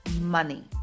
Money